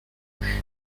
موش